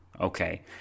Okay